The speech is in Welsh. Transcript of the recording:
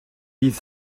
dydd